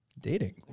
Dating